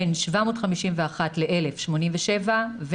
בין 751 ל-1,000 יש 87 מקומות,